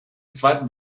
zweiten